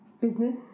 business